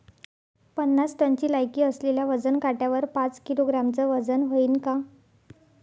पन्नास टनची लायकी असलेल्या वजन काट्यावर पाच किलोग्रॅमचं वजन व्हईन का?